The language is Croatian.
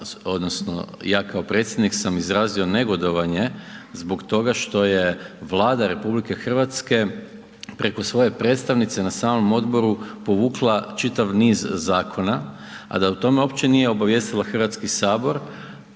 odnosno ja kao predsjednik sam izrazio negodovanje zbog toga što je Vlada RH preko svoje predstavnice na samom odboru povukla čitav niz zakona, a da o tome uopće nije obavijestila Hrvatski sabor,